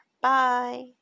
Bye